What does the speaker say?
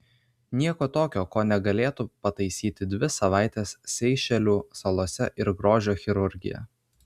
nieko tokio ko negalėtų pataisyti dvi savaitės seišelių salose ir grožio chirurgija